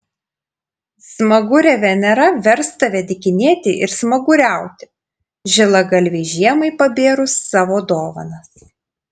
smagurė venera vers tave dykinėti ir smaguriauti žilagalvei žiemai pabėrus savo dovanas